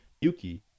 yuki